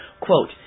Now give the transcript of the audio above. Quote